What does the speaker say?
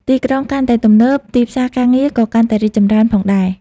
ទីក្រុងកាន់តែទំនើប ទីផ្សារការងារក៏កាន់តែរីកចម្រើនផងដែរ។